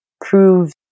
proves